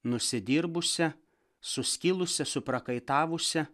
nusidirbusią suskilusią suprakaitavusią